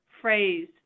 phrase